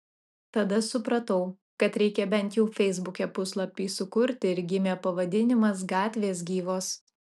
tada supratau kad reikia bent jau feisbuke puslapį sukurti ir gimė pavadinimas gatvės gyvos